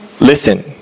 listen